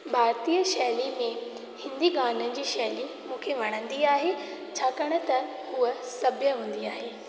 भारतीय शैली में हिंदी गाननि जी शैली मूंखे वणंदी आहे छाकाणि त उहा सभ्य हूंदी आहे